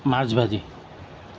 মাছ ভাজি